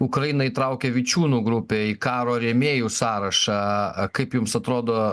ukraina įtraukė vičiūnų grupę į karo rėmėjų sąrašą kaip jums atrodo